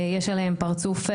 יש עליהם פרצוף,